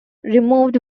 removed